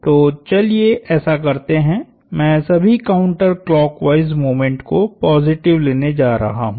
तो चलिए ऐसा करते हैं मैं सभी काउंटर क्लॉकवाइस मोमेंट को पॉजिटिव लेने जा रहा हूं